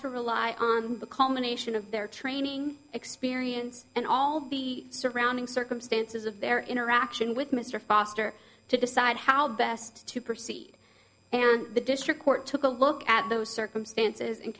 to rely on the culmination of their training experience and all be surrounding circumstances of their interaction with mr foster to decide how best to proceed and the district court took a look at those circumstances and